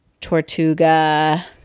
Tortuga